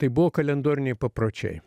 tai buvo kalendoriniai papročiai